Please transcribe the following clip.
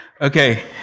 okay